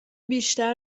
بیشتر